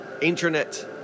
internet